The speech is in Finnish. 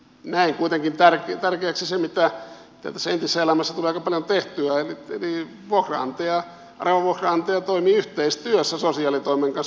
näen kuitenkin tärkeäksi sen mitä tässä entisessä elämässä tuli aika paljon tehtyä eli arava vuokranantaja toimi yhteistyössä sosiaalitoimen kanssa